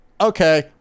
okay